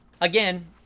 Again